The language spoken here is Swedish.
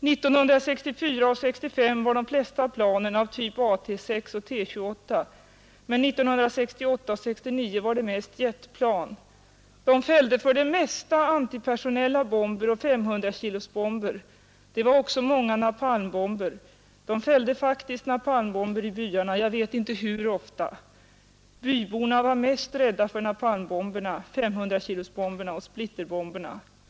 1964 och 1965 var de flesta planen av typ AT-6 och T-28. Men 1968 och 1969 var det mest jetplan — F-105, F-101 och F-4. De fällde för det mesta antipersonella bomber, och 500-kilosbomber. Det var också många napalmbomber. De fällde faktiskt napalmbomber i byarna. Jag vet inte hur ofta. Byborna var mest rädda för napalmbomberna, 500-kilosbomberna och splitterbomberna.